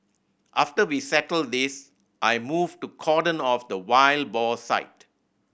after we settled this I moved to cordon off the wild boar site